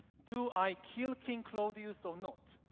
do i kill king claudius or not?